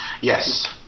yes